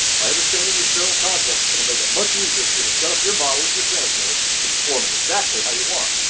by understanding this general concept, it'll make it much easier for you to set up your model in your transmitter to perform exactly how you want.